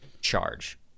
charge